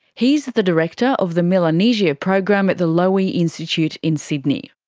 he's the director of the melanesia program at the lowy institute in sydney.